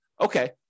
okay